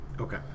Okay